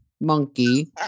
monkey